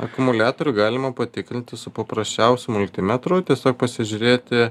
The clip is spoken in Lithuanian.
akumuliatorių galima patikrinti su paprasčiausiu multimetru tiesiog pasižiūrėti